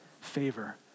favor